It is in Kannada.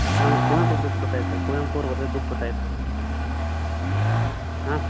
ನಮ್ಗೆ ಕುವೆಂಪು ಬಿಕ್ ಬೇಕಾಗಿತ್ ಸರ್ ಕುವೆಂಪು ಅವ್ರು ಬರ್ದಿದ್ದು ಬುಕ್ ಬೇಕಾಗಿತ್ತು ಹಾಂ ಸರ್